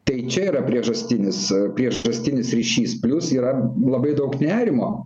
tai čia yra priežastinis priežastinis ryšys plius yra labai daug nerimo